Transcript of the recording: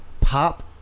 pop